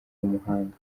umuhanga